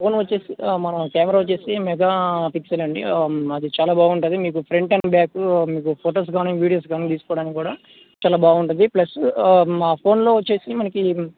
phone వచ్చేసి మన camera వచ్చి మెగా పిక్సల్ అండి అది చాలా బాగుంటుంది మీకు ఫ్రంట్ అండ్ బ్యాక్ మీకు ఫొటోస్ కానీ వీడియోస్ కానీ తీసుకోవడానికి కూడా చాలా బాగుంటుంది ప్లస్ మా ఫోన్లో వచ్చి మనకి